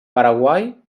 paraguai